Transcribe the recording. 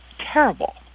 terrible